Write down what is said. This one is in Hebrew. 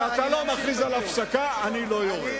אם אתה לא מכריז על הפסקה, אני לא יורד.